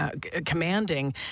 commanding